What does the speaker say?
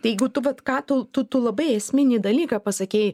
tai jeigu tu vat ką tu tu tu labai esminį dalyką pasakei